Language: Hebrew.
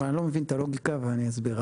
אבל אני לא מבין את הלוגיקה ואני אסביר.